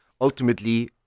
ultimately